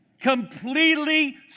Completely